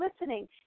listening